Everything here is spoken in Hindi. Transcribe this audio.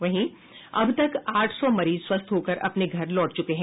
वहीं अब तक आठ सौ मरीज स्वस्थ होकर अपने घर लौट चुके हैं